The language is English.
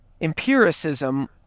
empiricism